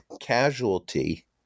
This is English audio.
casualty